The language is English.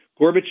Gorbachev